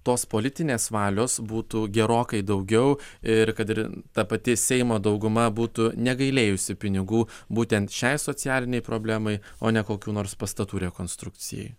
tos politinės valios būtų gerokai daugiau ir kad ir ta pati seimo dauguma būtų negailėjusi pinigų būtent šiai socialinei problemai o ne kokių nors pastatų rekonstrukcijai